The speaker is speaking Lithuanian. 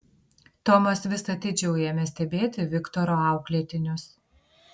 tomas vis atidžiau ėmė stebėti viktoro auklėtinius